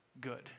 good